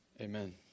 Amen